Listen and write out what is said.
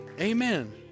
Amen